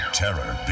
terror